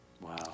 Wow